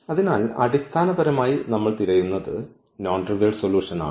അതിനാൽ അടിസ്ഥാനപരമായി നമ്മൾ തിരയുന്നത് നോൺ ട്രിവിയൽ സൊല്യൂഷൻ ആണ്